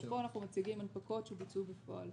פה אנחנו מציגים הנפקות שבוצעו בפועל.